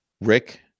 Rick